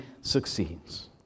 succeeds